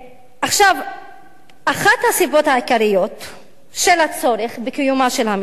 אחת הסיבות העיקריות של הצורך בקיומה של המשטרה